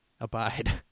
abide